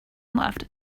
left